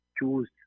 choose